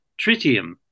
tritium